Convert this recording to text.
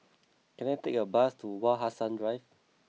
can I take a bus to Wak Hassan drive